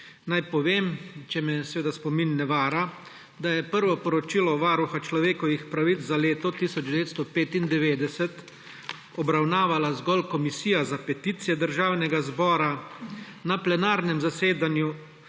Naj povem, če me seveda spomin ne vara, da je prvo poročilo Varuha človekovih pravic za leto 1995 obravnavala zgolj Komisija za peticije Državnega zbora, na plenarnem zasedanju